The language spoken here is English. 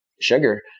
sugar